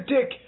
Dick